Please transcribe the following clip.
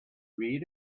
read